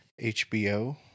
HBO